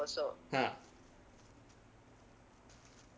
ha